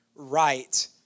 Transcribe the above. right